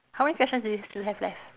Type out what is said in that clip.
how many questions do you still have left